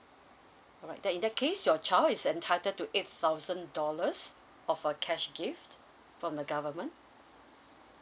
alright that in that case your child is entitled to eight thousand dollars of a cash gift from the government